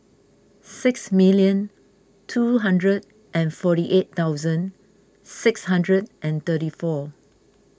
six million two hundred and forty eight thousand six hundred and thirty four